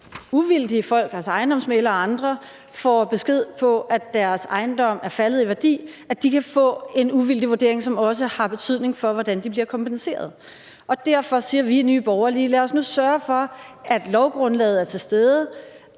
uvildige folk, altså ejendomsmæglere og andre, får besked på, at deres ejendom er faldet i værdi, kan få en uvildig vurdering, som også har betydning for, hvordan de bliver kompenseret. Derfor siger vi i Nye Borgerlige: Lad os nu sørge for, at lovgrundlaget er til stede.